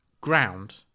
ground